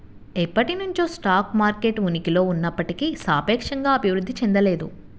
ఎప్పటినుంచో stock market ఉనికిలో ఉన్నప్పటికీ సాపేక్షంగా అభివృద్ధి చెందలేదు